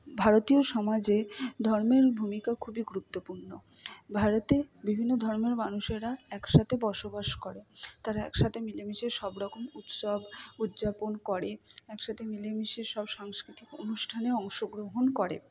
ভারতীয় সমাজে ধর্মের ভূমিকা খুবই গুরুত্বপূর্ণ ভারতে বিভিন্ন ধর্মের মানুষেরা একসাথে বসবাস করে তারা একসাথে মিলেমিশে সব রকম উৎসব উদযাপন করে একসাথে মিলে মিশে সব সাংস্কৃতিক অনুষ্ঠানে অংশগ্রহণ করে